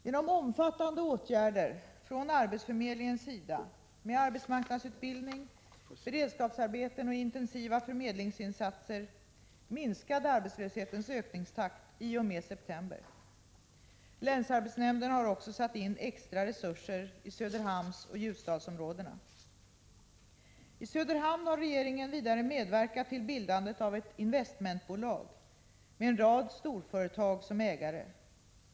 Genom omfattande åtgärder från arbetsförmedlingens sida med arbetsmarknadsutbildning, beredskapsarbeten och intensiva förmedlingsinsatser minskade arbetslöshetens ökningstakt i och med september. Länsarbetsnämnden har också satt in extra resurser i Söderhamnsoch Ljusdalsområdena. I Söderhamn har regeringen vidare medverkat till bildandet av ett investmentbolag med en rad storföretag som ägare.